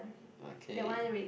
okay